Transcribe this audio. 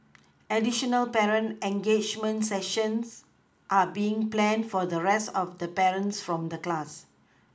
additional parent engagement sessions are being planned for the rest of the parents from the class